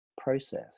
process